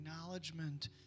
acknowledgement